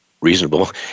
reasonable